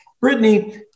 Brittany